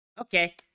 Okay